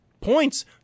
points